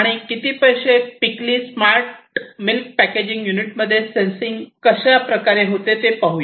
आणि पैसे पिकली स्मार्ट मिल्क पॅकेजिंग युनिटमध्ये सेन्सिंग कशा प्रकारे होते ते पाहूया